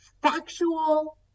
factual